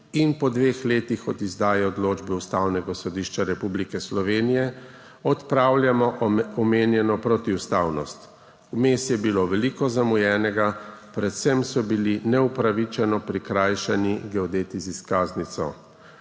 in po dveh letih od izdaje odločbe Ustavnega sodišča Republike Slovenije odpravljamo omenjeno protiustavnost, vmes je bilo veliko zamujenega, predvsem so bili neupravičeno prikrajšani geodeti z izkaznico.